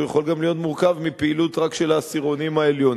הוא יכול להיות גם מורכב מפעילות רק של העשירונים העליונים,